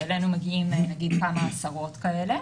אלינו מגיעים כמה עשרות כאלה.